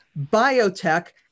biotech